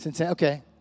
Okay